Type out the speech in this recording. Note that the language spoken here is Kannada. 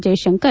ಜೈಶಂಕರ್